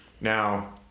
Now